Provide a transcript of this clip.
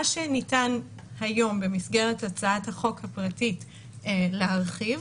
מה שניתן היום במסגרת הצעת החוק הפרטית להרחיב,